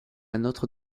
notre